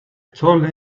told